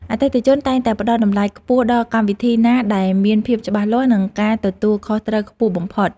អតិថិជនតែងតែផ្តល់តម្លៃខ្ពស់ដល់កម្មវិធីណាដែលមានភាពច្បាស់លាស់ និងការទទួលខុសត្រូវខ្ពស់បំផុត។